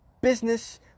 business